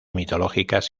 mitológicas